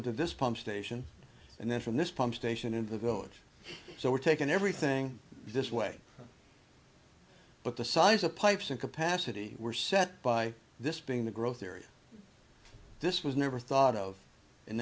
into this pump station and then from this pump station into the village so we're taking everything this way but the size of pipes and capacity were set by this being the growth area this was never thought of in